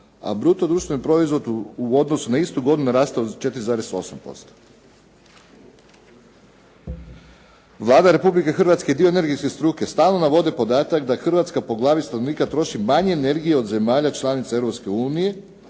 a bruto društveni proizvod u odnosu na istu godinu narastao za 4,8%. Vlada Republike Hrvatske i dio energetske struke stalno navode podatak da Hrvatska po glavi stanovnika troši manje energije od zemalja članica